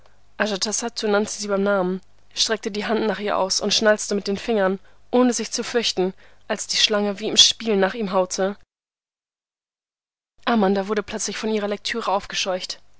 ajatasattu nannte sie beim namen streckte die hand nach ihr aus und schnalzte mit den fingern ohne sich zu fürchten als die schlange wie im spiel nach ihm haute amanda wurde plötzlich von ihrer lektüre aufgescheucht